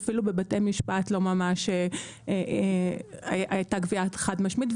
אפילו בבתי משפט לא ממש הייתה קביעה חד משמעית.